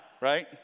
right